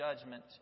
judgment